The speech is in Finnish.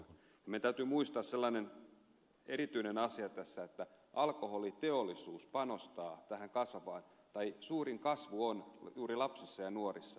meidän täytyy muistaa sellainen erityinen asia tässä että alkoholiteollisuus panostaa tähän kasvavaan sukupolveen ja suurin kasvu on juuri lapsissa ja nuorissa